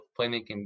playmaking